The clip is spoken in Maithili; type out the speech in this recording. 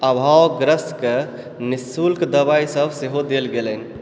अभावग्रस्तकेँ निःशुल्क दवाइ सभ सेहो देल गेलनि